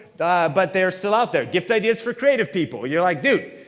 but they're still out there. gift ideas for creative people. you're like, dude.